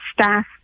staff